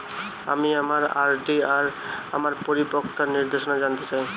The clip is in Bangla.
আমি আমার আর.ডি এর আমার পরিপক্কতার নির্দেশনা জানতে চাই